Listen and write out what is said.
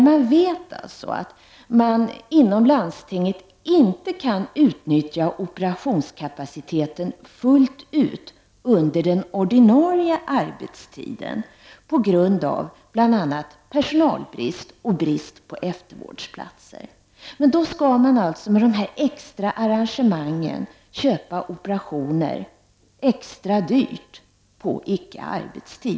Man vet alltså att landstinget inte kan utnyttja operationskapaciteten fullt ut under den ordinarie arbetstiden på grund av bl.a. personalbrist och brist på eftervårdsplatser. I detta läge har man för avsikt att genom dessa arrangemang köpa opera tioner extra dyrt utanför ordinarie arbetstid.